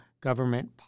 Government